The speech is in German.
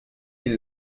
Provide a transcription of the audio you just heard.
die